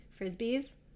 Frisbees